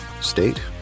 state